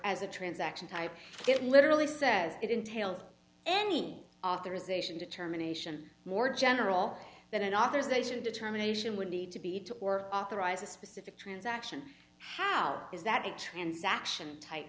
as a transaction type it literally says it entailed any authorization determination more general than an authorization determination would need to be two or authorize a specific transaction how is that a transaction type